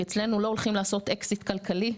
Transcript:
כי אצלינו לא הולכים לעשות אקזיט כלכלי.